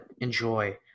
enjoy